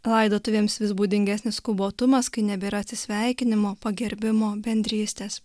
laidotuvėms vis būdingesnis skubotumas kai nebėra atsisveikinimo pagerbimo bendrystės